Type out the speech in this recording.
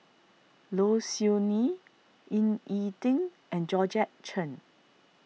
Low Siew Nghee Ying E Ding and Georgette Chen